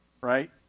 right